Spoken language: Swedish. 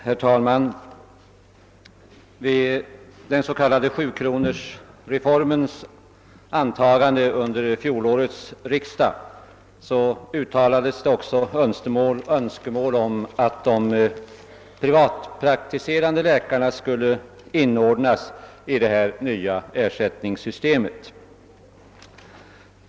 Herr talman! Vid den s.k. sjukronorsreformens antagande under fjolårets riksdag uttalades också önskemål om att de privatpraktiserande läkarna skulle inordnas i detta nya ersättningssystem.